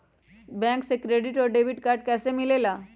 Bank से credit और debit card कैसी मिलेला?